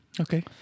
okay